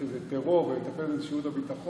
כשזה טרור ומטפל בזה שירות הביטחון,